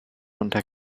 unter